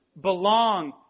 belong